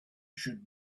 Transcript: should